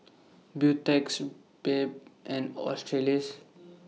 Beautex Bebe and Australis